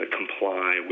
comply